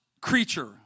creature